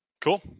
cool